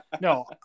No